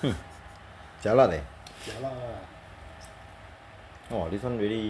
jialat eh !wah! this [one] really